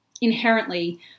Inherently